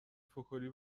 فکلی